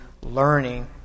learning